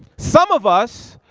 some of us,